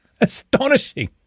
astonishing